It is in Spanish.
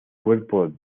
cuerpo